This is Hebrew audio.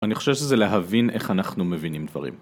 אני חושב שזה להבין איך אנחנו מבינים דברים.